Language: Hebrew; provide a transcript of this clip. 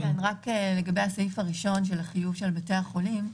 רק לגבי הסעיף הראשון של החיוב של בתי החולים.